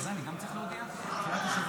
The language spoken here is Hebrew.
הכלכלה לצורך הכנתה לקריאה השנייה והשלישית.